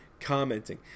commenting